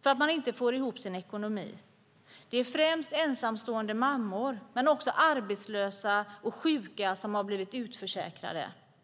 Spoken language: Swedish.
därför att man inte får ihop sin ekonomi. Det gäller främst ensamstående mammor men också arbetslösa och sjuka som har blivit utförsäkrade.